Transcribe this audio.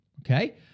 Okay